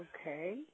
Okay